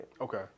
Okay